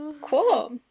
Cool